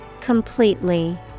Completely